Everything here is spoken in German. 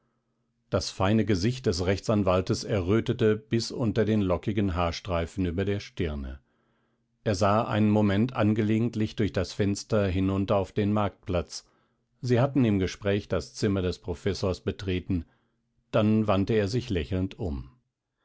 das feine gesicht des rechtsanwaltes errötete bis unter den lockigen haarstreifen über der stirne er sah einen moment angelegentlich durch das fenster hinunter auf den marktplatz sie hatten im gespräch das zimmer des professors betreten dann wandte er sich lächelnd um